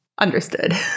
Understood